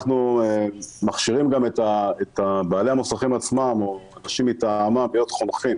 אנחנו מכשירים גם את בעלי המוסכים עצמם או אנשים מטעמם להיות חונכים